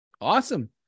Awesome